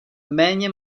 méně